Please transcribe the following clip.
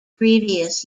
previous